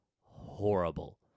horrible